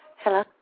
Hello